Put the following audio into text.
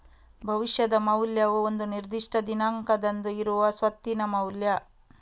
ಭವಿಷ್ಯದ ಮೌಲ್ಯವು ಒಂದು ನಿರ್ದಿಷ್ಟ ದಿನಾಂಕದಂದು ಇರುವ ಸ್ವತ್ತಿನ ಮೌಲ್ಯ